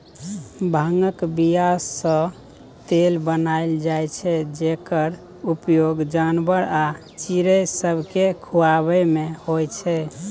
भांगक बीयासँ तेल बनाएल जाइ छै जकर उपयोग जानबर आ चिड़ैं सबकेँ खुआबैमे होइ छै